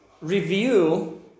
review